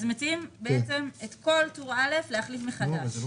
מציעים בעצם את כל טור א' להחליף מחדש.